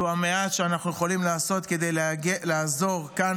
זה המעט שאנחנו יכולים לעשות כדי לעזור כאן